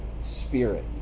spirit